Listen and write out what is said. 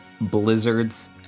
blizzards